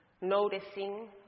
noticing